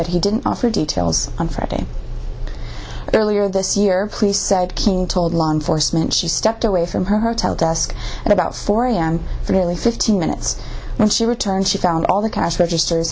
but he didn't offer details on friday earlier this year police said king told law enforcement she stepped away from her tel desk at about four a m for nearly fifteen minutes when she returned she found all the cash register